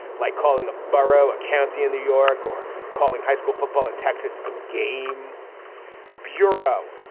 like calling a burro a county in new york or calling high school football in texas. a game bureau.